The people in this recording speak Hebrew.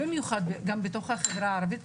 במיוחד בתוך החברה הערבית,